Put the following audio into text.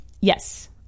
yes